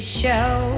show